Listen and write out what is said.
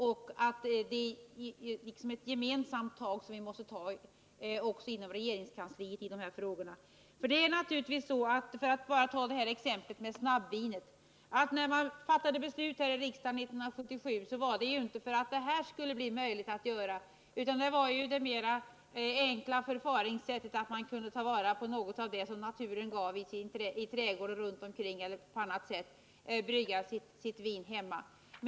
Vi måste ta ett gemensamt tag inom regeringskansliet i de här sammanhangen. När riksdagen 1977 fattade beslut om snabbvinet — för att bara ta ett exempel -— var det ju för att man med ett enkelt förfaringssätt skulle kunna ta vara på något av det naturen ger i trädgården och runt omkring genom att göra sitt vin hemma.